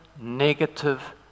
negative